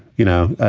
you know,